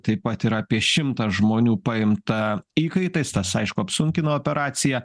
taip pat ir apie šimtą žmonių paimta įkaitais tas aišku apsunkino operaciją